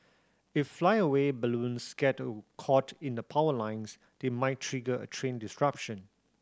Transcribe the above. if flyaway balloons get caught in the power lines they might trigger a train disruption